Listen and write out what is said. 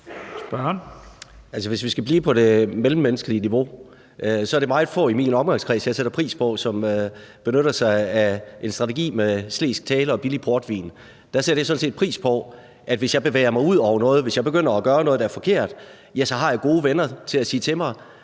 Hvis vi skal blive på det mellemmenneskelige niveau, vil jeg sige, at der er meget få i min omgangskreds, jeg sætter pris på, som benytter sig af en strategi med slesk tale og billig portvin. Der sætter jeg sådan set pris på, at hvis jeg bevæger mig ud over noget, begynder at gøre noget, der er forkert, så har jeg gode venner til at sige til mig: